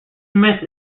smith